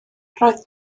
roedd